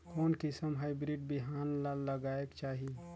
कोन किसम हाईब्रिड बिहान ला लगायेक चाही?